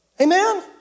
Amen